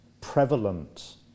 prevalent